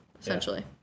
essentially